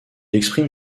exprime